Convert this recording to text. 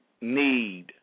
need